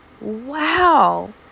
Wow